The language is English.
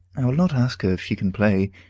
i will not ask her if she can play